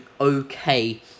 okay